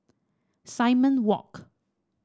Simon Walk